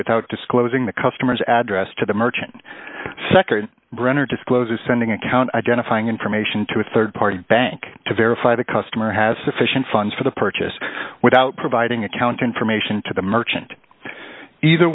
without disclosing the customer's address to the merchant nd brenner discloses sending account identifying information to a rd party bank to verify the customer has sufficient funds for the purchase without providing account information to the merchant either